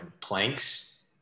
planks